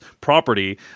property